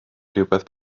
rywbeth